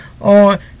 on